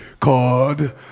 called